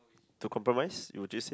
to compromise would you say